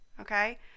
okay